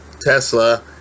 Tesla